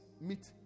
meet